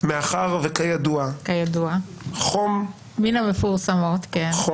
המדינה לא מנהלת את